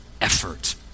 effort